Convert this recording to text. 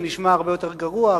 זה נשמע הרבה יותר גרוע,